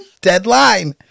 Deadline